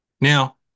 Now